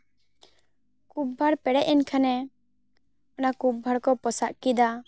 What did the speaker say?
ᱠᱩᱵ ᱵᱷᱟᱬ ᱯᱮᱨᱮᱡ ᱮᱱ ᱠᱷᱟᱱᱮ ᱚᱱᱟ ᱠᱩᱵ ᱵᱷᱟᱬ ᱠᱚ ᱯᱚᱥᱟᱜ ᱠᱮᱫᱟ